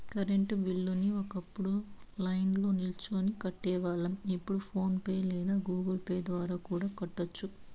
current బిల్లుని ఒకప్పుడు లైన్ల్నో నిల్చొని కట్టేవాళ్ళం, ఇప్పుడు ఫోన్ పే లేదా గుగుల్ పే ద్వారా కూడా కట్టొచ్చు